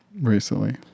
Recently